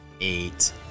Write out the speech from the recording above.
eight